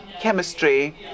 chemistry